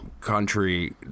country